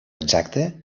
exacte